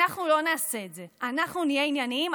אנחנו לא נעשה את זה, אנחנו נהיה ענייניים.